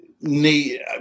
need